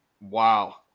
Wow